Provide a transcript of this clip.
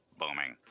booming